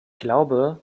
glaube